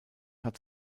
hat